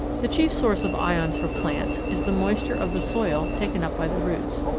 the chief source of ions for plants is the moisture of the soil taken up by the roots.